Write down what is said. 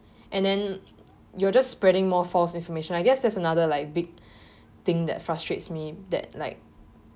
and then you are just spreading more false information I guess that's another like big thing that frustrates me that like